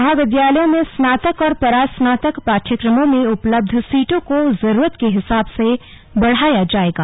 महाविद्यालयों में स्नातक और परास्नातक पाठ्यक्रमों में उपलब्ध सीटों को जरूरत के हिसाब से बढ़ाया जाएगा